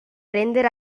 rendere